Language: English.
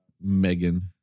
Megan